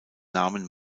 namen